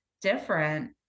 different